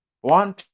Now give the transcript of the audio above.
one